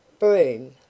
Broom